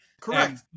Correct